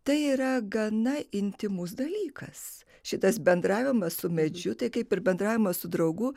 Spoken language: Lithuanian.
tai yra gana intymus dalykas šitas bendravimas su medžiu tai kaip ir bendravimas su draugu